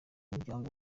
muryango